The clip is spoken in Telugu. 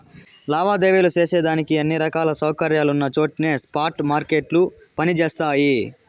లావాదేవీలు సేసేదానికి అన్ని రకాల సౌకర్యాలున్నచోట్నే స్పాట్ మార్కెట్లు పని జేస్తయి